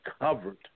covered